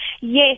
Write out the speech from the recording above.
Yes